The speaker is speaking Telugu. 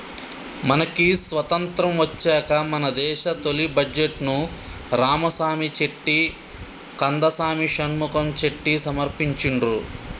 మనకి స్వతంత్రం వచ్చాక మన దేశ తొలి బడ్జెట్ను రామసామి చెట్టి కందసామి షణ్ముఖం చెట్టి సమర్పించిండ్రు